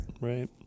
right